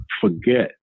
forget